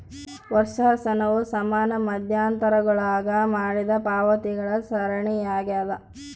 ವರ್ಷಾಶನವು ಸಮಾನ ಮಧ್ಯಂತರಗುಳಾಗ ಮಾಡಿದ ಪಾವತಿಗಳ ಸರಣಿಯಾಗ್ಯದ